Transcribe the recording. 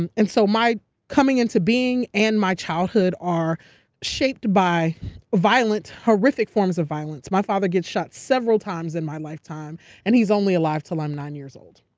and and so my coming into being and my childhood are shaped by horrific forms of violence. my father gets shot several times in my lifetime and he's only alive until i'm nine years old.